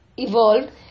evolved